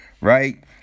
Right